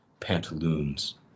pantaloons